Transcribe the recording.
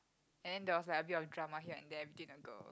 and then there was like a bit of drama here and there between the girl